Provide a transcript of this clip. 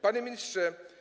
Panie Ministrze!